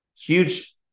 huge